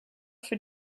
für